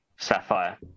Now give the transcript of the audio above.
sapphire